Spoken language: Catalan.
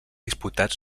disputat